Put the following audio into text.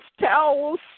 towels